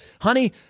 Honey